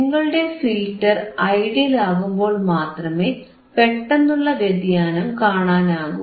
നിങ്ങളുടെ filter ideal ആകുമ്പോൾ മാത്രമേ പെട്ടെന്നുള്ള വ്യതിയാനം കാണാനാകൂ